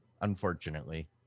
Unfortunately